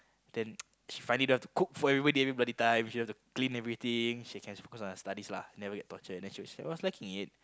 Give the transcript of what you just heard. then she finally don't have to cook for everybody every bloody time she don't have to clean everything she can focus on her studies lah never get tortured and then she was liking it